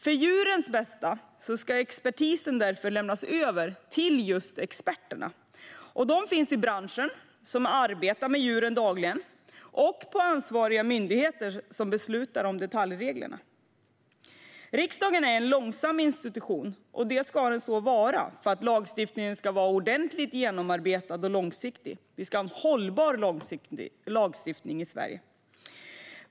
För djurens bästa ska expertisen därför lämnas över till just experterna, och de finns i branschen som arbetar med djuren dagligen och på ansvariga myndigheter som beslutar om detaljerna. Riksdagen är en långsam institution, och det ska den vara för att lagstiftningen ska vara ordentligt genomarbetad och långsiktig. Vi ska ha en hållbar lagstiftning i Sverige.